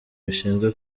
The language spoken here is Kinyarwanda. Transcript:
bishinzwe